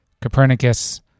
Copernicus